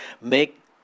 make